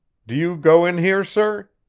do you go in here, sir?